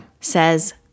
says